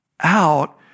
out